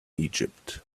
egypt